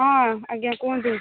ହଁ ଆଜ୍ଞା କୁହନ୍ତୁ